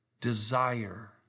desire